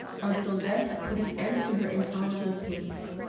until death had put an end to her intolerable pains.